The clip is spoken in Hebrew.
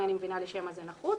אינני מבינה לשם מה זה נחוץ".